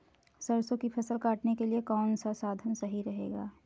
सरसो की फसल काटने के लिए कौन सा साधन सही रहेगा?